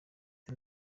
ati